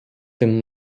тим